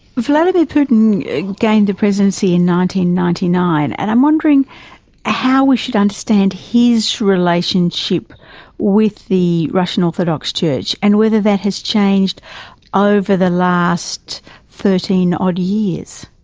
vladimir putin gained the presidency in ninety ninety nine and i'm wondering how we should understand his relationship with the russian orthodox church and whether that has changed ah over the last thirteen odd years.